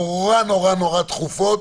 רק נורא נורא דחופות,